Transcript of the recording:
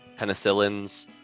penicillins